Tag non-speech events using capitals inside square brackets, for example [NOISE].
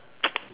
[NOISE]